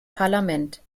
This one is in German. parlament